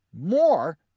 more